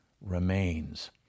remains